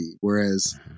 whereas